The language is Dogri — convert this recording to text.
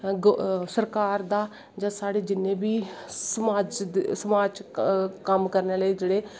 सरकार दा जां साढ़े जिन्ने बी समाज च कम्म करनें आह्ले जेह्ड़े